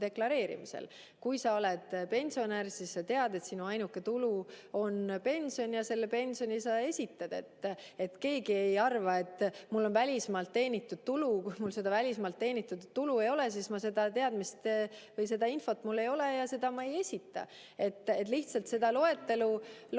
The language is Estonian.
deklareerimisel. Kui sa oled pensionär, siis sa tead, et sinu ainuke tulu on pension, ja pensionisumma sa esitad. Keegi ei arva, et mul on välismaalt teenitud tulu. Kui mul välismaalt teenitud tulu ei ole, siis mul selle kohta infot ei ole ja seda ma ei esita. Lihtsalt seda loetelu te